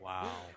Wow